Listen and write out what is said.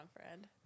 friend